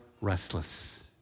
restless